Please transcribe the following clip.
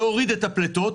להוריד את הפליטות,